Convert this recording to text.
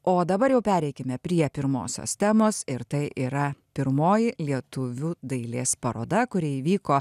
o dabar jau pereikime prie pirmosios temos ir tai yra pirmoji lietuvių dailės paroda kuri įvyko